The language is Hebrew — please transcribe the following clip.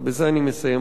ובזה אני מסיים,